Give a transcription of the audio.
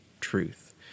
truth